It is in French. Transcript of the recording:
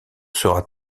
sera